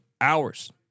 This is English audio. hours